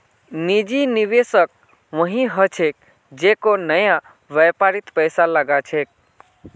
निजी निवेशक वई ह छेक जेको नया व्यापारत पैसा लगा छेक